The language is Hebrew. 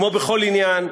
כמו בכל עניין,